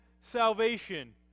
salvation